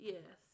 Yes